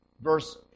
verse